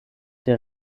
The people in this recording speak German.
der